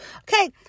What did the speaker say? Okay